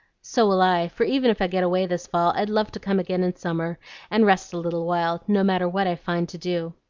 so will i for even if i get away this fall, i'd love to come again in summer and rest a little while, no matter what i find to do.